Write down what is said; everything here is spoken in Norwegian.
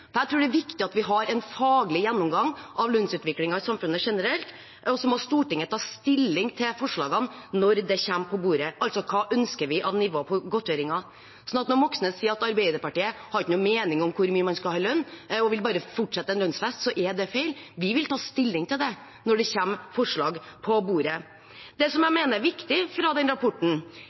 det er viktig at vi har en faglig gjennomgang av lønnsutviklingen i samfunnet generelt, og så må Stortinget ta stilling til forslagene når de kommer på bordet – altså, hva slags nivå ønsker vi på godtgjørelsen. Så når Moxnes sier at Arbeiderpartiet ikke har noen mening om hvor mye man skal ha i lønn, og bare vil fortsette en lønnsfest, er det feil. Vi vil ta stilling til det når det kommer forslag på bordet. Det som jeg mener er viktig fra den rapporten,